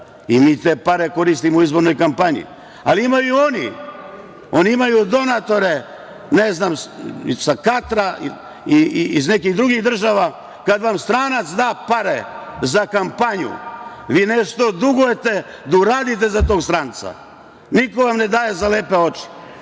Mi te pare koristimo u izbornoj kampanji. Ali, imaju i oni. Oni imaju donatore, ne znam, sa Katra i iz nekih drugih država. Kad vam stranac da pare za kampanju, vi nešto dugujete da uradite za tog stranca. Niko vam ne daje za lepe oči.